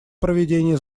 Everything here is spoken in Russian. проведении